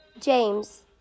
James